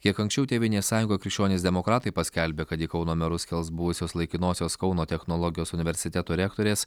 kiek anksčiau tėvynės sąjunga krikščionys demokratai paskelbė kad į kauno merus kels buvusios laikinosios kauno technologijos universiteto rektorės